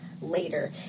later